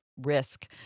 risk